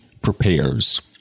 prepares